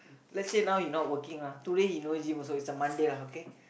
let's say now you not working lah today he no need gym also it's a Monday lah okay